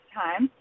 time